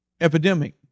epidemic